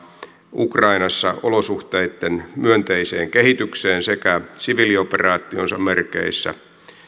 ukrainassa olosuhteitten myönteiseen kehitykseen sekä siviilioperaationsa merkeissä